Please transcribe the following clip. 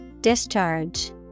Discharge